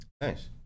nice